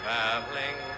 Traveling